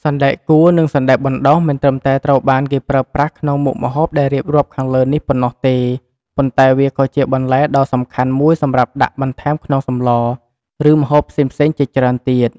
សណ្តែកគួរ និងសណ្តែកបណ្តុះ មិនត្រឹមតែត្រូវបានគេប្រើប្រាស់ក្នុងមុខម្ហូបដែលរៀបរាប់ខាងលើនេះប៉ុណ្ណោះទេ ប៉ុន្តែវាក៏ជាបន្លែដ៏សំខាន់មួយសម្រាប់ដាក់បន្ថែមក្នុងសម្ល ឬម្ហូបផ្សេងៗជាច្រើនទៀត។